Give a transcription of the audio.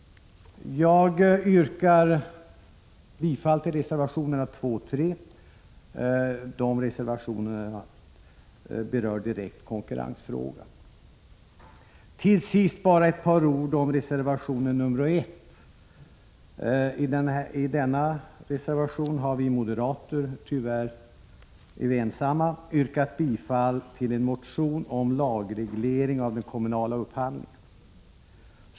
Jag yrkar bifall till reservationerna 2 och 3 som direkt gäller konkurrensfrågan. Till sist ett par ord om reservation 1. I denna har vi moderater, tyvärr ensamma, yrkat bifall till en motion om lagreglering av den kommunala upphandlingen.